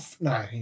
No